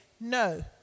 no